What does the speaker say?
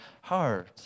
heart